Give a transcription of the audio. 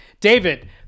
David